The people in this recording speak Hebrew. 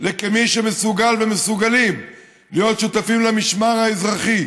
למי שמסוגלים להיות שותפים למשמר האזרחי,